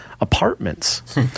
apartments